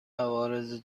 عوارض